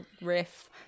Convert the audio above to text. riff